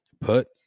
Put